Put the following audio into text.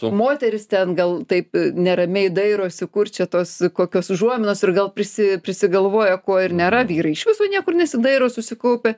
moterys ten gal taip neramiai dairosi kur čia tos kokios užuominos ir gal prisi prisigalvoja ko ir nėra vyrai iš viso niekur nesidairo susikaupę